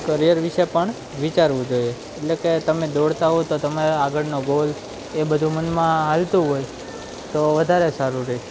career વિશે પણ વિચારવું જોઈએ એટલે કે તમે દોડતા હોવ તો તમારો આગળનો ગોલ એ બધું મનમાં હાલતું હોય તો વધારે સારું રહે